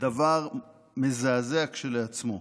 דבר מזעזע כשלעצמו.